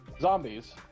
zombies